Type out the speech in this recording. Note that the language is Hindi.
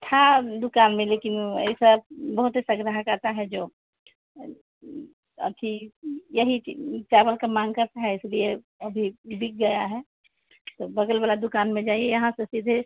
था दुकान में लेकिन ऐसा बहुत ऐसा ग्राहक आता है जो अथि यही चावल का माँग करता है इसलिए अभी बिक गया है तो बगल वाला दुकान में जाइए यहाँ से सीधे